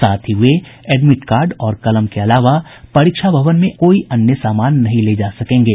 साथ ही वे एडमिट कार्ड और कलम के अलावा परीक्षा भवन में कोई अन्य सामान नहीं ले जा सकेंगे